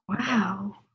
Wow